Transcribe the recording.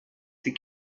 ses